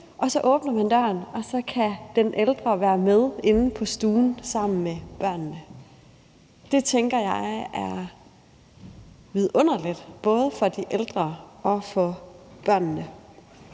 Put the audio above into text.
og så åbner man døren, og så kan den ældre være med inde på stuen sammen med børnene. Det tænker jeg er vidunderligt, både for de ældre og for børnene.